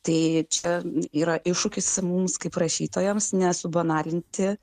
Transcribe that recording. tai čia yra iššūkis mums kaip rašytojams nesubanalinti